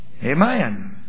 Amen